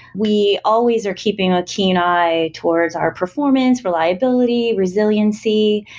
we always are keeping a keen eye towards our performance, reliability, resiliency,